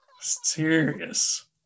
serious